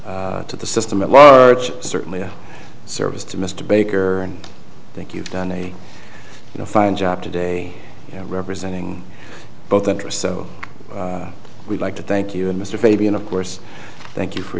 to the system at large certainly in service to mr baker and i think you've done a fine job today representing both interest so we'd like to thank you and mr fabian of course thank you for